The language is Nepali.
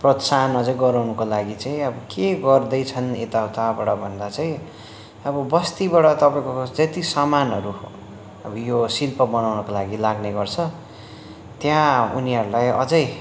प्रोत्साहन अझ गराउनुको लागि चाहिँ अब के गर्दैछन् यता उताबाट भन्दा चाहिँ अब बस्तीबाट तपाईँको त्यति सामानहरू अब यो शिल्प बनाउनुको लागि लाग्ने गर्छ त्यहाँ उनीहरूलाई अझ